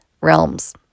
realms